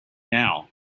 now